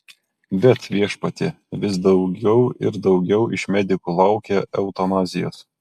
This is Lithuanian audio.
bet viešpatie vis daugiau ir daugiau iš medikų laukia eutanazijos